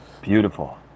beautiful